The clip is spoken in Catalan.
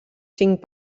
cinc